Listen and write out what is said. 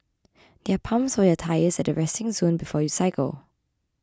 there are pumps for your tyres at the resting zone before you cycle